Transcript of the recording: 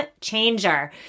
changer